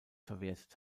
verwertet